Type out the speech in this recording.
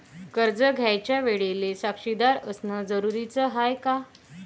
कर्ज घ्यायच्या वेळेले साक्षीदार असनं जरुरीच हाय का?